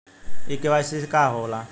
इ के.वाइ.सी का हो ला?